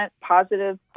positive